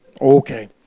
Okay